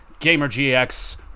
GamerGX